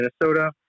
Minnesota